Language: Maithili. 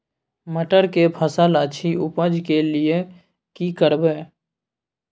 मटर के फसल अछि उपज के लिये की करबै?